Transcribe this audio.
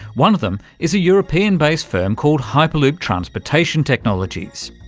one of them is a european based firm called hyperloop transportation technologies.